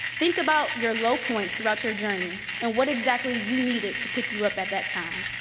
think about your low points throughout your journey, and what exactly you needed to pick you up at that time.